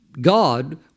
God